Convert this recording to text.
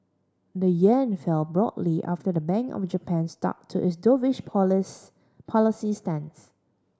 the yen fell broadly after the Bank of Japan stuck to its dovish police policy stance